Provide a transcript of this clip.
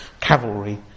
cavalry